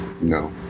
no